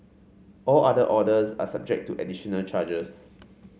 all other orders are subject to additional charges